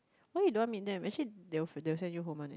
why you don't want meet them actually they will they will send you home [one] eh